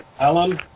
Alan